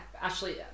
Ashley